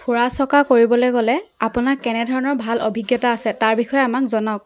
ফুৰা চকা কৰিবলৈ গ'লে আপোনাৰ কেনেধৰণৰ ভাল অভিজ্ঞতা আছে তাৰ বিষয়ে আমাক জনাওক